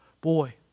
Boy